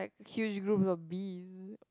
like huge groups of bees